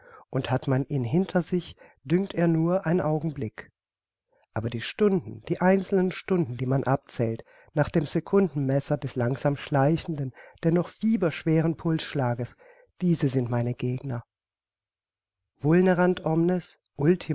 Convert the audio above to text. und hat man ihn hinter sich dünkt er nur ein augenblick aber die stunden die einzelnen stunden die man abzählt nach dem secundenmesser des langsam schleichenden dennoch fieber schweren pulsschlages diese sind meine gegner